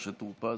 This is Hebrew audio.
משה טור פז,